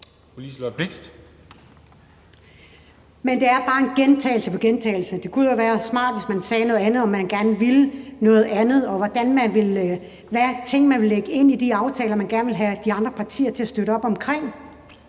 Men det er bare gentagelse på gentagelse. Det kunne jo være smart, hvis man sagde noget andet og man gerne ville noget andet, og sagde noget om, hvilke ting man ville lægge ind i de aftaler, man gerne vil have de andre partier til at støtte op omkring.